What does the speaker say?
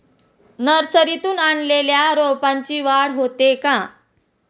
नर्सरीतून आणलेल्या रोपाची वाढ होते का?